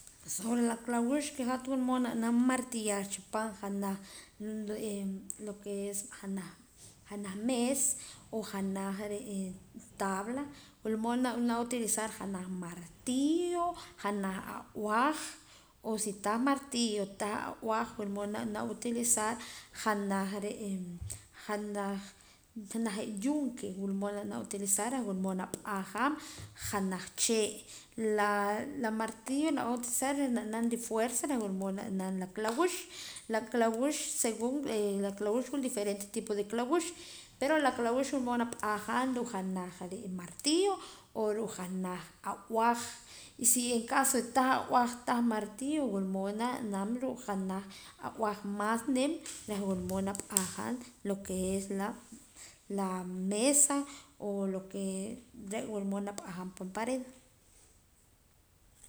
Sobre la kalawux que hat wula mood na b'anam martillar chi paan junaj junaj meesa o janaj re' tabla wula mood na b'an utilizar janaj martillo janaj ab'aj o si tah martillo o si tah ab'aj wula mood na b'anam utilizar janaj re' janaj yunque wila mood na b'anam utilizar reh na p'ajaam janaj chee' la martillo na b'an utilizar reh na b'am rifuerza reh wula mood na b'anam la kalawux la kalawux según wula diferente tipo de kalawux pero la kalawux wila mood na p'ajaam ruu' janaj martillo o ruu' janaj ab'aj y si en caso tah ab'aj o tah martillo wula mood na naam ruu' janaj ab'aj más nim reh wula mood na p'ajaam lo que es la la mesa o lo que es re' wula mood nap'ajaam pan pared.